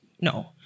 No